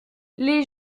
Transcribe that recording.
les